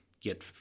get